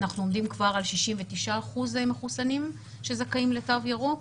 אנחנו עומדים כבר על 69 אחוזים מחוסנים שזכאים לתו ירוק.